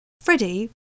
Freddie